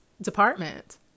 department